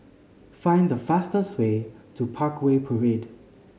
find the fastest way to Parkway Parade